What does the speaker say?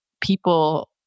people